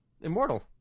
Immortal